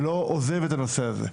ולא עוזב את הנושא הזה,